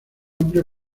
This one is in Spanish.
amplia